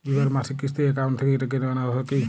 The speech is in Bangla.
বিমার মাসিক কিস্তি অ্যাকাউন্ট থেকে কেটে নেওয়া হবে কি?